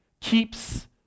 keeps